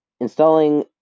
Installing